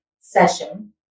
session